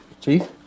Chief